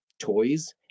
toys